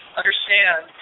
understand